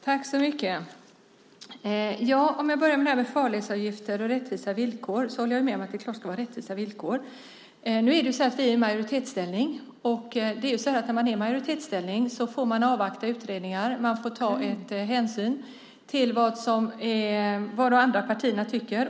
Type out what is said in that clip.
Fru talman! Om detta med farledsavgifter och rättvisa villkor håller jag med. Det är klart att det ska vara rättvisa villkor. Men nu är vi i majoritetsställning. När man är i majoritetsställning får man avvakta utredningar. Man får ta hänsyn till vad de andra partierna tycker.